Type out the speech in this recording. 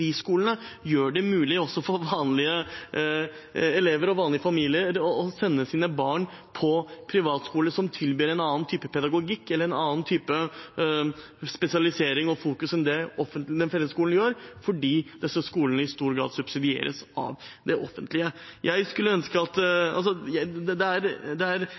gjør det mulig også for vanlige elever og vanlige familier å sende sine barn på privatskoler som tilbyr en annen type pedagogikk eller en annen type spesialisering og fokus enn det den offentlige fellesskolen gjør, fordi disse skolene i stor grad subsidieres av det offentlige. Det er en ærlig sak at